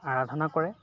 আৰাধনা কৰে